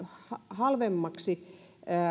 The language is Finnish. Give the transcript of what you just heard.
halvemmaksi